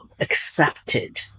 accepted